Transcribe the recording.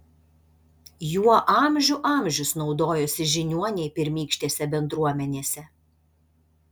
juo amžių amžius naudojosi žiniuoniai pirmykštėse bendruomenėse